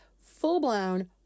full-blown